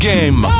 Game